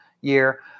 year